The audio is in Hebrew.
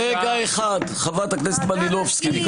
רגע אחד, חברת הכנסת מלינובסקי.